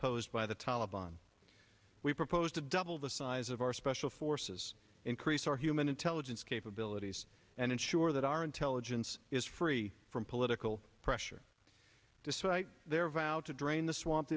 posed by the taliban we proposed to double the size of our special forces increase our human intelligence capabilities and ensure that our intelligence is free from political pressure despite their vow to drain the swamp the